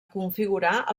configurar